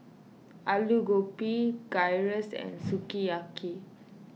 Alu Gobi Gyros and Sukiyaki